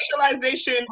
specialization